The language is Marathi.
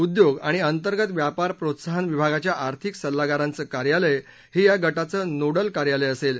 उद्योग आणि अंतर्गत व्यापार प्रोत्साहन विभागाच्या आर्थिक सल्लगारांचं कार्यालय हे या गटाचं नोडल ऑफीस असेल